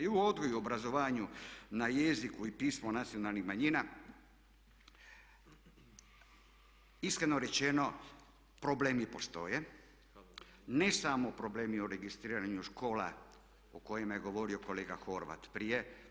I u odgoju i obrazovanju na jeziku i pismu nacionalnih manjina iskreno rečeno problemi postoje, ne samo problemi u registriranju škola o kojima je govorio kolega Horvat prije.